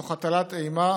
תוך הטלת אימה,